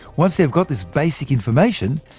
once they've got this basic information,